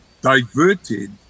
diverted